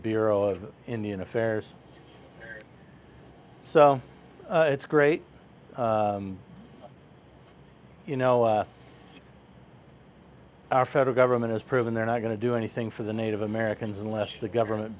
bureau of indian affairs so it's great you know our federal government has proven they're not going to do anything for the native americans unless the government